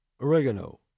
Oregano